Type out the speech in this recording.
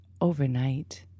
Overnight